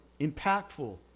impactful